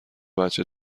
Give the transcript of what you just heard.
بچه